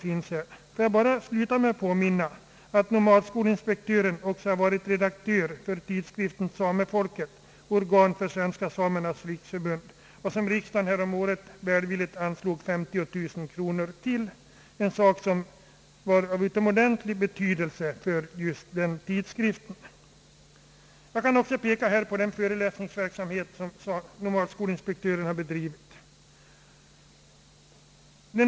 Får jag sluta med att påminna om att nomadskolinspektören också är redaktör för tidskriften Samefolket, organ för Svenska samernas riksförbund, som riksdagen häromåret välvilligt anslog 50000 kronor till. Jag kan också peka på den föreläsningsverksamhet, som nomadskolinspektören bedrivit.